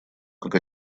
как